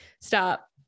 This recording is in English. Stop